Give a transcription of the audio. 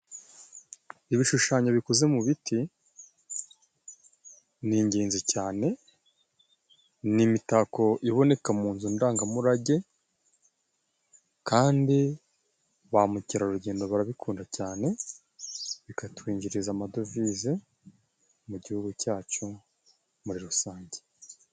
Ibishushanyo bikoze mu biti, ni ingenzi cyane ,ni imitako iboneka mu nzu ndangamurage kandi ba mukerarugendo barabikunda cyane bikatwinjiriza amadovize mu gihugu cyacu muri rusange.